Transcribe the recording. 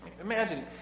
Imagine